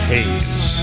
Haze